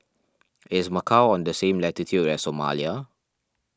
is Macau on the same latitude as Somalia